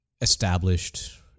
established